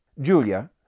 Julia